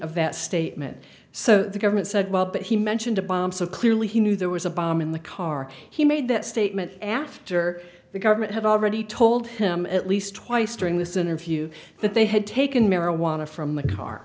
that statement so the government said well but he mentioned a bomb so clearly he knew there was a bomb in the car he made that statement after the government had already told him at least twice during this interview that they had taken marijuana from the car